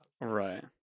Right